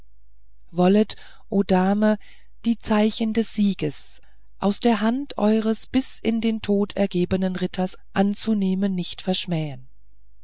wollet o dame die zeichen des sieges aus der hand eures euch bis in den tod ergebenen ritters anzunehmen nicht verschmähen